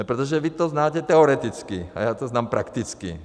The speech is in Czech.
Protože vy to znáte teoreticky, a já to znám prakticky.